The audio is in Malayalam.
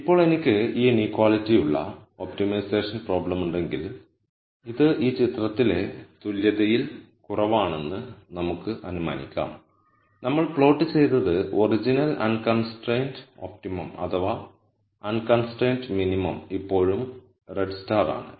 ഇപ്പോൾ എനിക്ക് ഈ ഇനീക്വാളിറ്റിയുള്ള ഒപ്റ്റിമൈസേഷൻ പ്രോബ്ളമുണ്ടെങ്കിൽ ഇത് ഈ ചിത്രത്തിലെ തുല്യതയിൽ കുറവാണെന്ന് നമുക്ക് അനുമാനിക്കാം നമ്മൾ പ്ലോട്ട് ചെയ്തത് ഒറിജിനൽ അൺകൺസ്ട്രൈൻഡ് ഒപ്റ്റിമം അഥവാ അൺകൺസ്ട്രൈൻഡ് മിനിമം ഇപ്പോഴും റെഡ് സ്റ്റാർ ആണ്